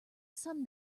sun